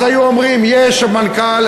היו אומרים: יש מנכ"ל,